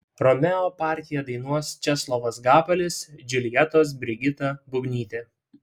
romeo partiją dainuos česlovas gabalis džiuljetos brigita bubnytė